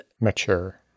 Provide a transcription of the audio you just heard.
Mature